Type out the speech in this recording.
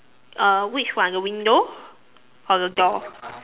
uh which one the window or the door